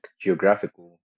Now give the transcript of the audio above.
geographical